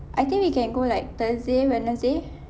I think we can go like thursday wednesday